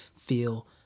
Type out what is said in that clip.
feel